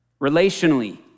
Relationally